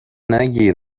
نگیر